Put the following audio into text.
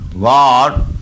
God